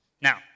Now